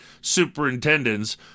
superintendents